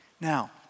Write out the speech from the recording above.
Now